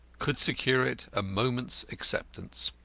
could secure it a moment's acceptance.